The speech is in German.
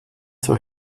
zur